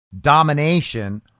domination